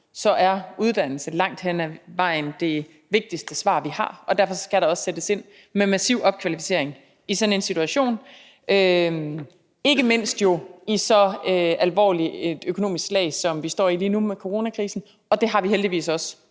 er uddannelse langt hen ad vejen det vigtigste svar, vi har, og derfor skal der også sættes ind med massiv opkvalificering i sådan en situation, jo ikke mindst med så alvorligt et økonomisk slag, som vi står med lige nu med coronakrisen, og det har vi heldigvis også